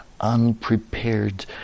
unprepared